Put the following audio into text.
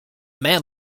man